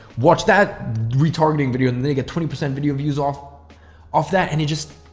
watch that retargeting video and then they get twenty percent video views off of that and you just